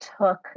took